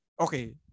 okay